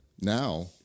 Now